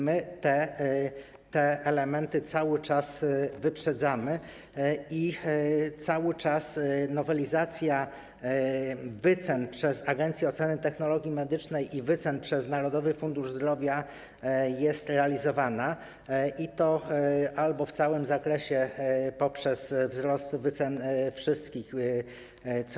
My te elementy cały czas wyprzedzamy i cały czas nowelizacja wycen przez Agencję Oceny Technologii Medycznych i przez Narodowy Fundusz Zdrowia jest realizowana, i to albo w całym zakresie, poprzez wzrost wszystkich wycen.